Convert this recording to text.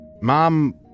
Mom